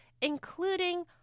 including